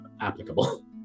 applicable